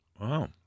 Wow